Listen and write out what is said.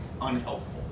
unhelpful